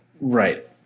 Right